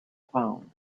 phone